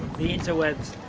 the interwebs